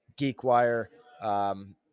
GeekWire